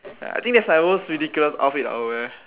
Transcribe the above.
ya I think that's my most ridiculous outfit I would wear